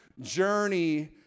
journey